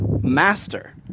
master